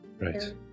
right